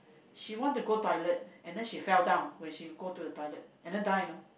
she want to go toilet and then she fell down when she go to the toilet and then die you know